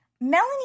Melanie